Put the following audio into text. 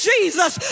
Jesus